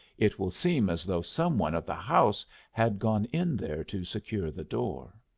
it will seem as though some one of the house had gone in there to secure the door.